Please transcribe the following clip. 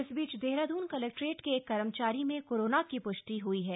इस बीच देहरादून कलेक्ट्रेट के एक कर्मचारी में कोरोना की प्ष्टि हई है